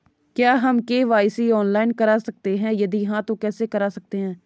क्या हम KYC online करा सकते हैं यदि हाँ तो कैसे करा सकते हैं?